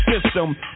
system